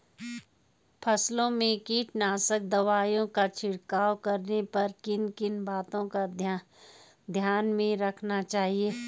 फसलों में कीटनाशक दवाओं का छिड़काव करने पर किन किन बातों को ध्यान में रखना चाहिए?